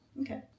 Okay